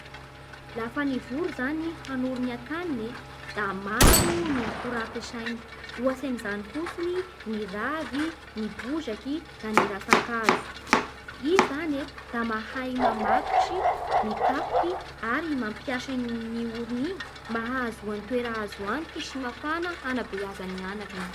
Lafa ny voro zany hanory ny ankaniny e da maro ny akora ampiasainy. Ohatsy amin'izany fotsiny: ny ravy, ny bozaky, da ny ratsan-kazo. i zany e da mahay mamatotry, mikapoky ary mampiasa ny orony igny mba hahazoany toera azo antoky sy mafana hanabeazany anakiny.